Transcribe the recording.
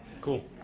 Cool